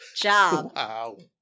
job